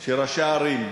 של ראשי ערים,